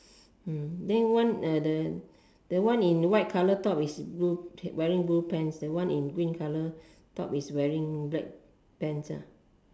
mm then one uh the the one in white colour top is blue wearing blue pants the one in green colour top is wearing black pants ah